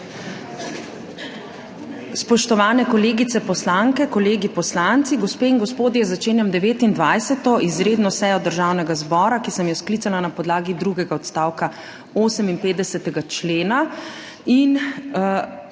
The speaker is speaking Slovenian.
Spoštovani kolegice poslanke, kolegi poslanci, gospe in gospodje! Začenjam 29. izredno sejo Državnega zbora, ki sem jo sklicala na podlagi drugega odstavka 58. člena in